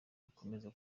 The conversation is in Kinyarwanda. rukomeza